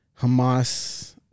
Hamas